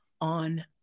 on